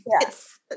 Yes